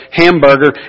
hamburger